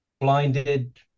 blinded